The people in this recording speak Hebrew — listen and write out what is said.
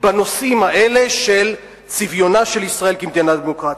בנושאים האלה של צביונה של ישראל כמדינה דמוקרטית.